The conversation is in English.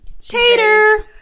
tater